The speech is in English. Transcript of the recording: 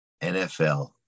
NFL